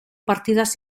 partidas